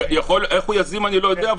איך הוא יזים --- אני לא יודע,